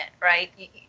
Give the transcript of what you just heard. right